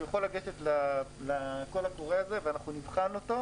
שהוא יכול לגשת לקול הקורא הזה ואנחנו נבחן אותו..